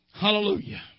Hallelujah